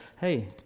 hey